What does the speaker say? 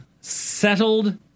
settled